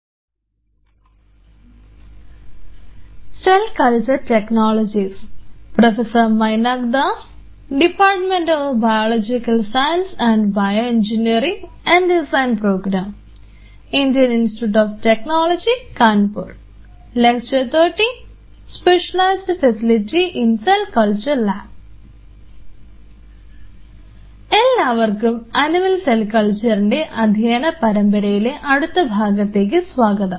എല്ലാവർക്കും animal cell കൾച്ചറിൻറെ അധ്യയന പരമ്പരയിലെ അടുത്ത ഭാഗത്തിലേക്ക് സ്വാഗതം